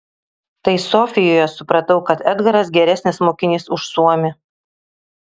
tai sofijoje supratau kad edgaras geresnis mokinys už suomį